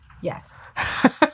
Yes